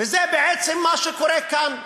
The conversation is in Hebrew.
וזה בעצם מה שקורה כאן.